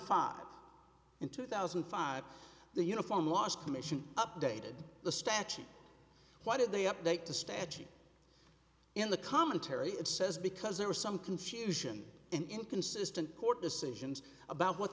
five in two thousand and five the uniform last commission updated the statute why did they update the statute in the commentary it says because there was some confusion in inconsistent court decisions about what